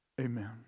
Amen